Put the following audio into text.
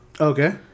Okay